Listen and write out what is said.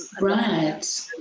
Right